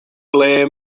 ble